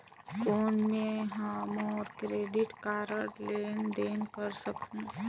कौन मैं ह मोर क्रेडिट कारड ले लेनदेन कर सकहुं?